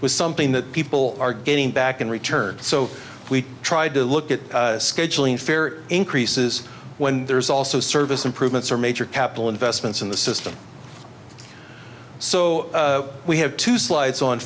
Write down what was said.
with something that people are getting back in return so we tried to look at scheduling fare increases when there's also service improvements or major capital investments in the system so we have two slides on